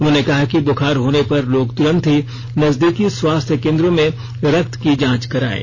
उन्होंने कहा कि बुखार होने पर लोग तुरंत ही नजदीकी स्वास्थ्य केन्द्रों में रक्त की जांच करायें